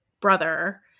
brother